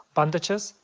bandages,